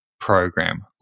program